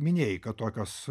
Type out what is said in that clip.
minėjai kad tokios